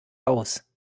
aus